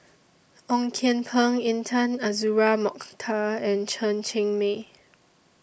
Ong Kian Peng Intan Azura Mokhtar and Chen Cheng Mei